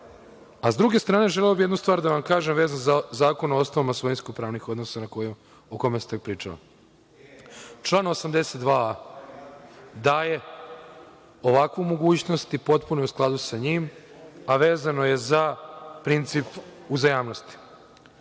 druge strane, želeo bih jednu stvar da vam kažem vezano za Zakon o osnovama svojinsko-pravnih odnosa, o kome ste pričali. Član 82. daje ovakvu mogućnost i potpuno je u skladu sa njim, a vezano je za princip uzajamnosti.